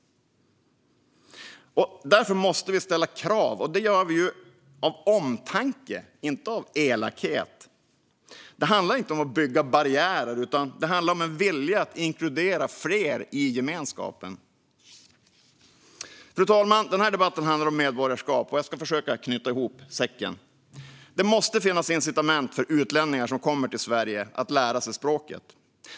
Därför måste vi ställa krav. Det gör vi av omtanke, inte av elakhet. Det handlar inte om att bygga barriärer utan om en vilja att inkludera fler i gemenskapen. Fru talman! Den här debatten handlar om medborgarskap, och jag ska försöka knyta ihop säcken. Det måste finnas incitament för utlänningar som kommer till Sverige att lära sig språket.